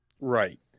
Right